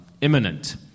imminent